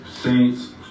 Saints